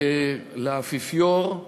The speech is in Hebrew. לאפיפיור,